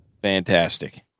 fantastic